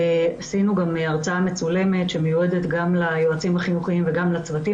עשינו גם הרצאה מצולמת שמיועדת ליועצים החינוכיים ולצוותים